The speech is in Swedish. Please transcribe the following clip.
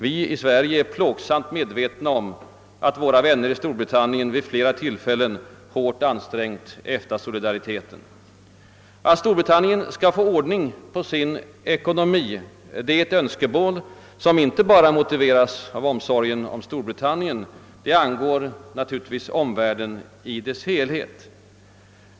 Vi är i Sverige plågsamt medvetna om att våra vänner i Storbritannien vid flera tillfällen hårt ansträngt EFTA-solidariteten. Att Storbritannien skall få ordning På sin ekonomi är ett önskemål som inte bara motiveras av omsorgen om Storbritannien; det angår omvärlden i dess helhet.